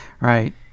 Right